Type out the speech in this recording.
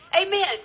Amen